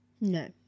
No